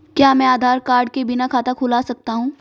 क्या मैं आधार कार्ड के बिना खाता खुला सकता हूं?